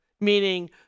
Meaning